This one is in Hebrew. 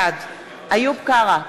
בעד איוב קרא,